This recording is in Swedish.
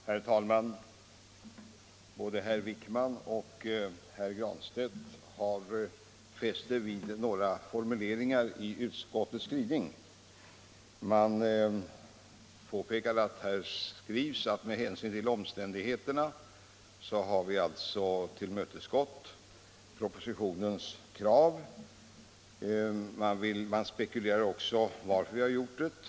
Herr talman! Både herr Wijkman och herr Granstedt har fäst sig vid några formuleringar i utskottets skrivning. De påpekar att vi ”med hänsyn till svårigheterna i detta fall” har tillmötesgått propositionens krav och spekulerar också i varför vi har gjort det.